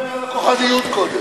דבר על כוחניות קודם.